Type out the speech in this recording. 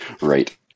right